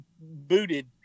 booted